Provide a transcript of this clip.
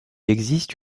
existe